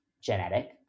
genetic